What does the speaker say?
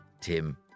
Tim